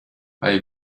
bei